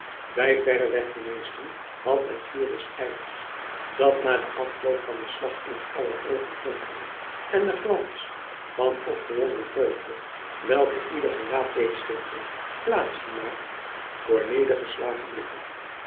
bij verreweg de meesten had het vuur des ijvers dat na den afloop van den slag in aller oogen fonkelde en de glans van opgewonden vreugde welke ieder gelaat deed schitteren plaats gemaakt voor nedergeslagen blikken